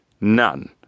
none